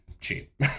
cheap